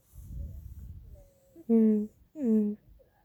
mm mm